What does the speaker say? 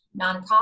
nonprofit